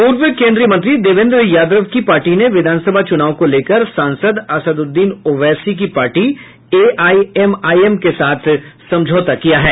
पूर्व केन्द्रीय मंत्री देवेन्द्र यादव की पार्टी ने विधानसभा चुनाव को लेकर सांसद असदउद्दीन ओवैसी की पार्टी एआईएमआईएम के साथ समझौता किया है